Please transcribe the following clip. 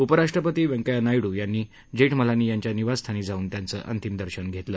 उपराष्ट्रपती व्यंकय्या नायडूंनी जेठमलानी यांच्या निवासस्थानी जाऊन त्यांचं अंतिम दर्शन घेतलं